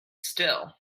still